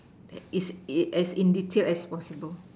that is in detailed as possible